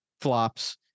flops